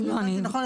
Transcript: נכון?